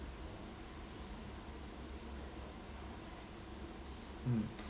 hmm